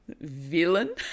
villain